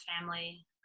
family